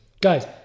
Guys